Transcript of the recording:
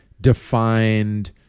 defined